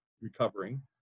recovering